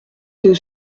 deux